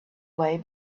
way